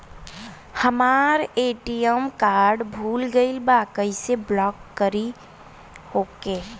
हमार ATM card भूला गईल बा कईसे ब्लॉक करी ओके?